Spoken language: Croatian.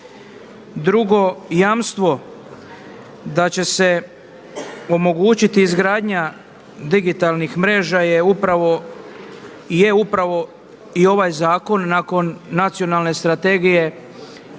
Drugo, jamstvo da će se omogućiti izgradnja digitalnih mreža je upravo i ovaj zakon nakon Nacionalne strategije